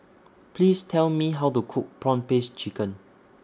Please Tell Me How to Cook Prawn Paste Chicken